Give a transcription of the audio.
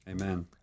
Amen